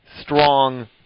strong